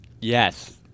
Yes